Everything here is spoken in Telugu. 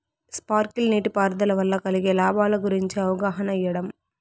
స్పార్కిల్ నీటిపారుదల వల్ల కలిగే లాభాల గురించి అవగాహన ఇయ్యడం?